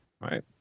Right